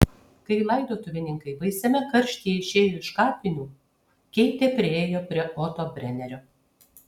kai laidotuvininkai baisiame karštyje išėjo iš kapinių keitė priėjo prie oto brenerio